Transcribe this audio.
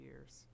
years